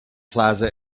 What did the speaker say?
plaza